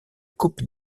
coupe